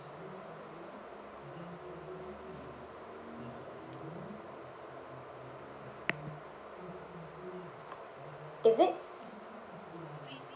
is it